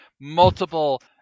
multiple